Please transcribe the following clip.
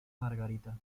margarita